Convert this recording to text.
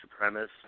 supremacist